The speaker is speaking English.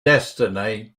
destiny